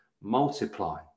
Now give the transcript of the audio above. multiply